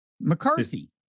McCarthy